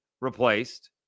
replaced